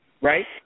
right